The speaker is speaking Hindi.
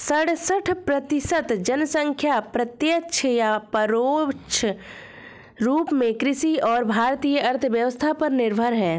सड़सठ प्रतिसत जनसंख्या प्रत्यक्ष या परोक्ष रूप में कृषि और भारतीय अर्थव्यवस्था पर निर्भर है